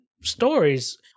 stories